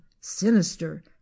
sinister